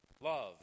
love